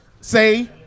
say